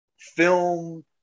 film